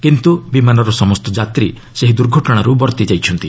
କିନ୍ତୁ ବିମାନର ସମସ୍ତ ଯାତ୍ରୀ ଏହି ଦୁର୍ଘଟଣାରୁ ବର୍ତ୍ତି ଯାଇଛନ୍ତି